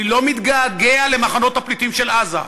אני לא מתגעגע למחנות הפליטים של עזה,